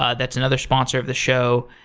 ah that's another sponsor of the show.